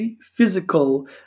physical